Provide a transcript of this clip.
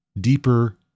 deeper